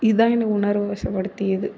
இதான் என்ன உணர்வு வசபடுத்தியது